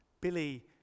Billy